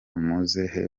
muzehe